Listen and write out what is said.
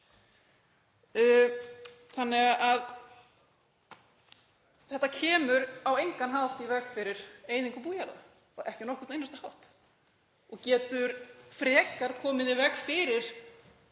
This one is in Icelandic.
neitt. Þetta kemur á engan hátt í veg fyrir eyðingu bújarða, ekki á nokkurn einasta hátt og getur frekar komið í veg fyrir